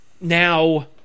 now